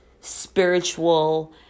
spiritual